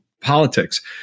politics